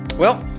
well,